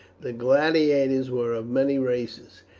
the gladiators were of many races.